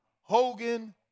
Hogan